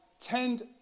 tend